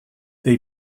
they